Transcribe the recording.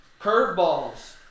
Curveballs